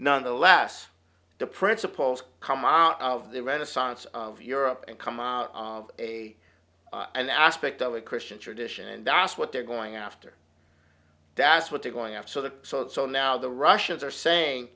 nonetheless the principles come out of the renaissance of europe and come out of a an aspect of a christian tradition and das what they're going after that's what they're going after the sword so now the russians are saying